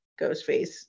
ghostface